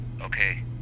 Okay